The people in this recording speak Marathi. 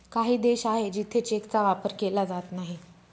काही देश आहे जिथे चेकचा वापर केला जात नाही